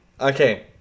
okay